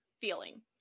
feeling